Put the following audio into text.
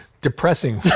depressing